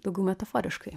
dauguma teoriškai